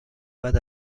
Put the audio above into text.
بعد